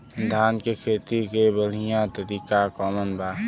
धान के खेती के बढ़ियां तरीका कवन बा?